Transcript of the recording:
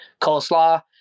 coleslaw